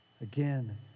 Again